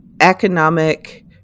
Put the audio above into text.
economic